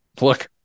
look